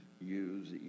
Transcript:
use